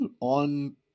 on